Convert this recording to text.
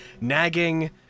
nagging